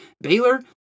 Baylor